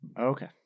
Okay